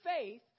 faith